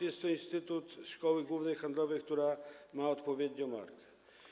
Jest to instytut Szkoły Głównej Handlowej, która ma odpowiednią markę.